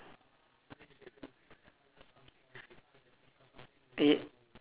it